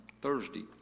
Thursday